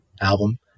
album